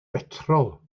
betrol